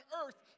earth